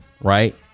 right